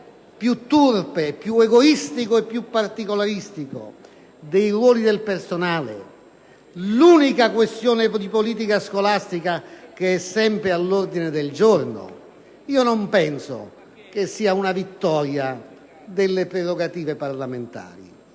più turpe, egoistico e particolaristico dei ruoli del personale l'unica questione di politica scolastica sempre all'ordine del giorno, non penso sia una vittoria delle prerogative parlamentari.